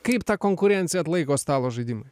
kaip tą konkurenciją atlaiko stalo žaidimai